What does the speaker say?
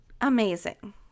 Amazing